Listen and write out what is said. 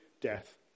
death